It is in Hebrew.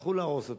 הלכו להרוס אותו.